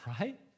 right